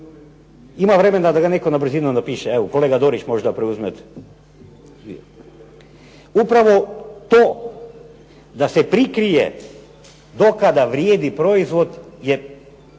ima vremena da ga netko na brzinu napiše. Evo, kolega Dorić možda preuzme. Upravo to da se prikrije do kada vrijedi proizvod je